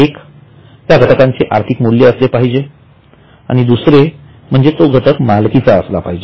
एक त्या घटकाचे आर्थिक मूल्य असले पाहिजे आणि दुसरे म्हणजे तो घटक मालकीचा असला पाहिजे